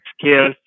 skills